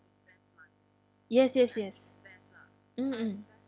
yes yes yes mm mm